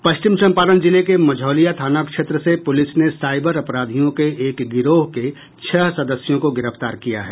पश्चिम चम्पारण जिले के मझौलिया थाना क्षेत्र से पुलिस ने साइबर अपराधियों के एक गिरोह के छह सदस्यों को गिरफ्तार किया है